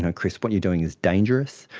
and chris, what you're doing is dangerous,